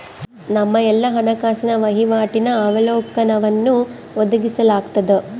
ನಮ್ಮ ಎಲ್ಲಾ ಹಣಕಾಸಿನ ವಹಿವಾಟಿನ ಅವಲೋಕನವನ್ನು ಒದಗಿಸಲಾಗ್ತದ